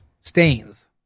stains